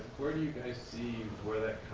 where do you see where that